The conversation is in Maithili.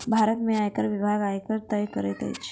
भारत में आयकर विभाग, आयकर तय करैत अछि